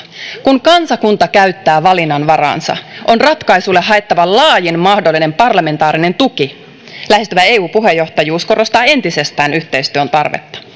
kun kansakunta käyttää valinnanvaraansa on ratkaisuille haettava laajin mahdollinen parlamentaarinen tuki lähestyvä eu puheenjohtajuus korostaa entisestään yhteistyön tarvetta